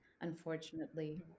unfortunately